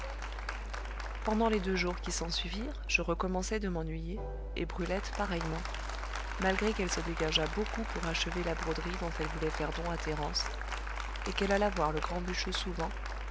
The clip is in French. pendant les deux jours qui s'ensuivirent je recommençai de m'ennuyer et brulette pareillement malgré qu'elle se dégageât beaucoup pour achever la broderie dont elle voulait faire don à thérence et qu'elle allât voir le grand bûcheux souvent